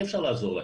אי אפשר לעזור להם.